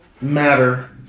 matter